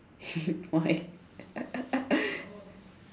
why